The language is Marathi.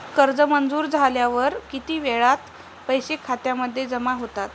कर्ज मंजूर झाल्यावर किती वेळात पैसे खात्यामध्ये जमा होतात?